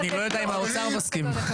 חושב שהכל ייפתר בכסף.